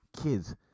kids